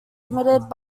limited